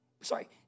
sorry